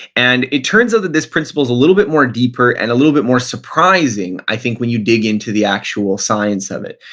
and it turns out that this principle's a little bit more deeper and a little bit more surprising, i think, when you dig into the actual science of it.